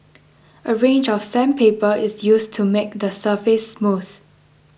a range of sandpaper is used to make the surface smooth